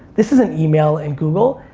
this isn't email and google.